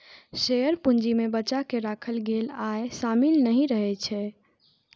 share पूंजी मे बचा कें राखल गेल आय शामिल नहि रहै छै